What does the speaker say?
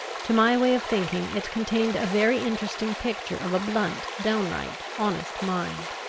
to my way of thinking it contained a very interesting picture of a blunt, downright, honest mind.